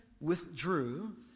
withdrew